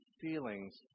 feelings